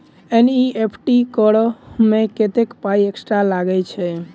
NEFT करऽ मे कत्तेक पाई एक्स्ट्रा लागई छई?